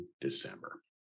December